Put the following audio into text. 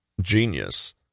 Genius